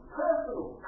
personal